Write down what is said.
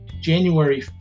January